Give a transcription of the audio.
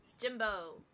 Jimbo